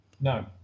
no